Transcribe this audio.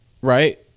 Right